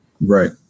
Right